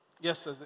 Yes